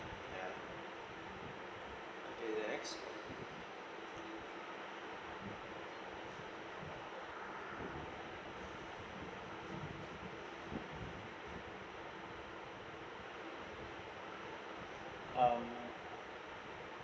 ya okay next um